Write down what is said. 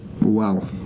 Wow